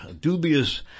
dubious